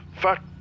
Fuck